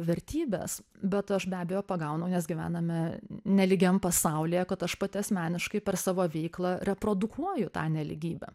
vertybės bet aš be abejo pagaunu nes gyvename nelygiam pasaulyje kad aš pati asmeniškai per savo veiklą reprodukuoju tą nelygybę